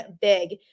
big